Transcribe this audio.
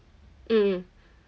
mm